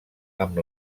amb